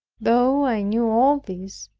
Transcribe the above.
though i knew all this,